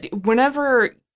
whenever